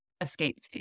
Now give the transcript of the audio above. escape